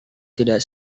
tidak